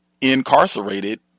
incarcerated